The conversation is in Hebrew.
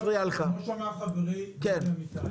שאמר חברי דובי אמיתי,